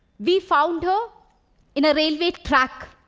we found her in a railway track,